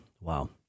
Wow